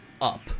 up